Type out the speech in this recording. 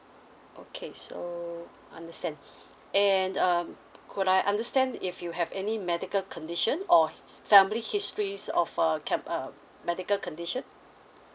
okay so understand and um could I understand if you have any medical condition or family histories of uh camp uh medical condition